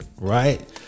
Right